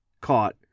caught